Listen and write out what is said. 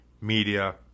Media